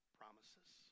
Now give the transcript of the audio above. promises